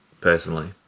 personally